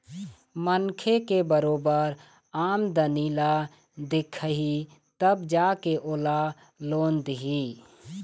मनखे के बरोबर आमदनी ल देखही तब जा के ओला लोन दिही